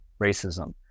racism